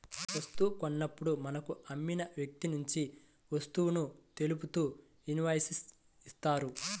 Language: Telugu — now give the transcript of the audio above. వస్తువు కొన్నప్పుడు మనకు అమ్మిన వ్యక్తినుంచి ఉత్పత్తులను తెలుపుతూ ఇన్వాయిస్ ఇత్తారు